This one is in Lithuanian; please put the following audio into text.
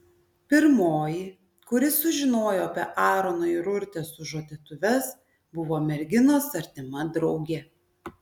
pirmoji kuri sužinojo apie aarono ir urtės sužadėtuves buvo merginos artima draugė